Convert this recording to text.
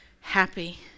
happy